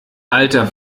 alter